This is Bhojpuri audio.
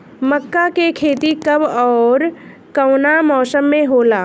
मका के खेती कब ओर कवना मौसम में होला?